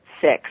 six